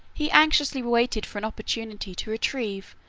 he anxiously waited for an opportunity to retrieve,